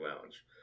Lounge